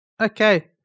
Okay